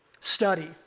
study